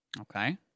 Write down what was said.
Okay